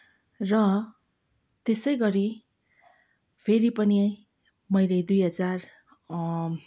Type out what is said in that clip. र त्यसै गरी फेरि पनि मैले दुई हजार